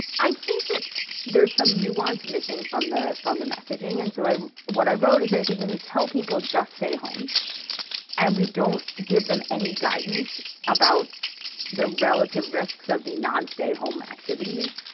i think that there's some nuance missing from the from the messaging, and so i what i wrote is i think when we tell people just stay home and we don't give them any guidance about the relative risks of the non-state home activities,